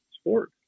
sport